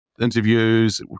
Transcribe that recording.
interviews